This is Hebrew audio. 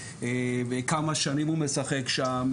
כמה שנים הוא משחק שם,